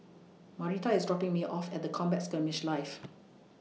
Marita IS dropping Me off At The Combat Skirmish Live